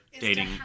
dating